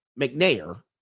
McNair